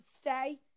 stay